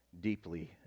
deeply